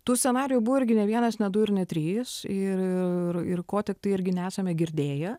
tų scenarijų buvo irgi ne vienas ne du ir net trys ir ir ko tiktai irgi nesame girdėję